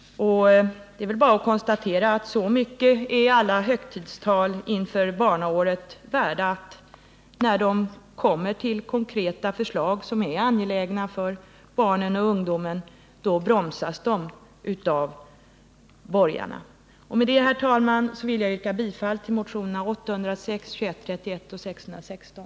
Det är väl bara att konstatera att så mycket är alla högtidstal inför barnåret värda, att när man kommer till konkreta förslag som är angelägna för barnen och ungdomen, då bromsas de av borgarna. Med det, herr talman, vill jag yrka bifall till motionerna 806, 2131 och 616.